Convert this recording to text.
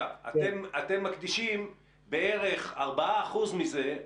אתם מקדישים בערך 4% מזה,